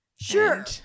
sure